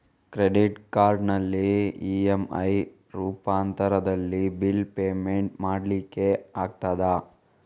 Credit ಕಾರ್ಡಿನಲ್ಲಿ EMI ರೂಪಾಂತರದಲ್ಲಿ bill payment ಮಾಡ್ಲಿಕ್ಕೆ ಆಗ್ತದ?